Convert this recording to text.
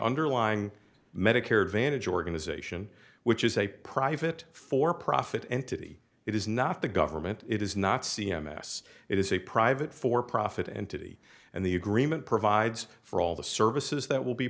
underlying medicare advantage organization which is a private for profit entity it is not the government it is not c m s it is a private for profit entity and the agreement provides for all the services that will be